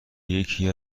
یکی